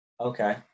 Okay